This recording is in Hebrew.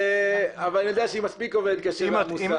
אבל אני יודע שהיא מספיק עובדת קשה ועמוס.